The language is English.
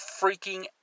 freaking